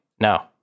no